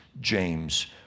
James